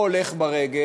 או הולך ברגל,